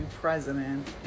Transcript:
president